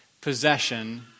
possession